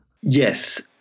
Yes